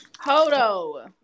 Hodo